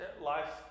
life